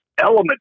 element